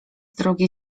drugiej